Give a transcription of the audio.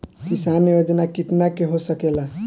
किसान योजना कितना के हो सकेला?